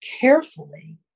carefully